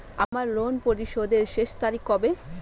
আমার ঋণ পরিশোধের শেষ তারিখ কবে?